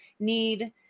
Need